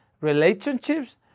relationships